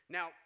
Now